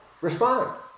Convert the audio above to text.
respond